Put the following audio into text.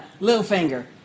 Littlefinger